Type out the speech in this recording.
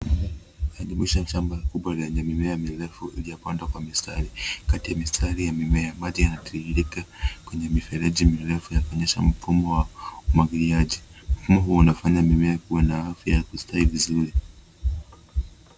Inajumuisha shamba kubwa lenye mimea mirefu iliyopandwa kwa mistari. Kati ya mistari ya mimea, maji yanatiririka kwenye mifereji mirefu ikionyesha mfumo wa umwagiliaji. Mfumo huu unafanya mimea iwe na afya na kustawi vizuri.